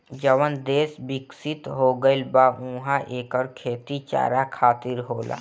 जवन देस बिकसित हो गईल बा उहा एकर खेती चारा खातिर होला